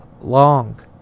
long